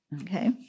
Okay